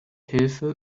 hilfe